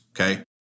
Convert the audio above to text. Okay